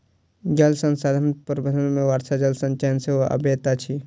जल संसाधन प्रबंधन मे वर्षा जल संचयन सेहो अबैत अछि